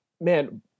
man